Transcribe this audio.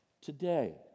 today